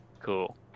Cool